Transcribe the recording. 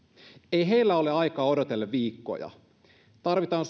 ei heillä ole aikaa odotella viikkoja tarvitaan